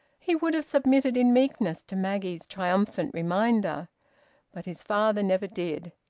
he would have submitted in meekness to maggie's triumphant reminder but his father never did.